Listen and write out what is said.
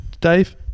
Dave